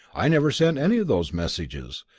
i never sent any of those messages.